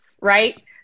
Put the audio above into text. right